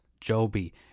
Joby